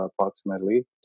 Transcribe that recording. approximately